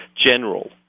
general